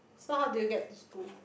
so how do you get to school